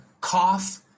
cough